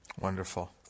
Wonderful